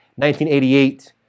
1988